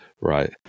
Right